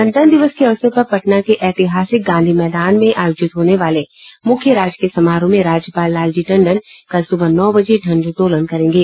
गणतंत्र दिवस के अवसर पर पटना के ऐतिहासिक गांधी मैदान में आयोजित होने वाले मुख्य राजकीय समारोह में राज्यपाल लालजी टंडन कल सूबह नौ बजे झण्डोत्तोलन करेंगे